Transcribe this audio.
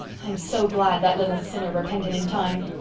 i'm so glad that little sinner repented in time.